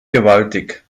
gewaltig